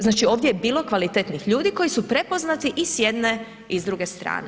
Znači ovdje je bilo kvalitetnih ljudi koji su prepoznati i s jedne i s druge strane.